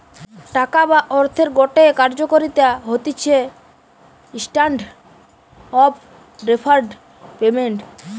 টাকা বা অর্থের গটে কার্যকারিতা হতিছে স্ট্যান্ডার্ড অফ ডেফার্ড পেমেন্ট